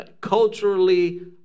culturally